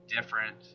different